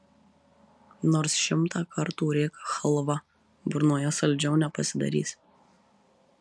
nors šimtą kartų rėk chalva burnoje saldžiau nepasidarys